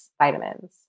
vitamins